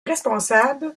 responsable